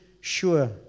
sure